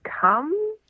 come